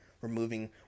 removing